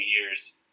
years